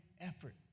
effort